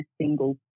single